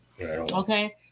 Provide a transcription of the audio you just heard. okay